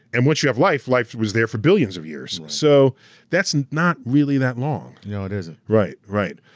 and once you have life, life was there for billions of years. so that's not really that long. no, it isn't. right, right.